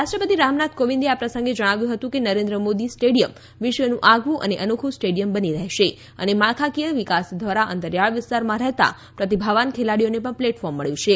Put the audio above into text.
રાષ્ટ્રપતિ રામનાથ કોવિંદે આ પ્રસંગે જણાવ્યું હતું કે નરેન્દ્ર મોદી સ્ટેડિયમ વિશ્વનું આગવું અને અનોખું સ્ટેડિયમ બની રહેશે અને માળખાકીય વિકાસ દ્વારા અંતરિયાળ વિસ્તારમાં રહેતા પ્રતિભાવાન ખેલાડીઓને પણ પ્લેટફોર્મ મબ્યું છે